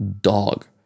dog